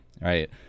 right